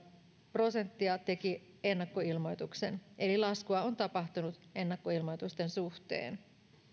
prosenttia teki ennakkoilmoituksen eli laskua on tapahtunut ennakkoilmoitusten suhteen